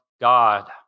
God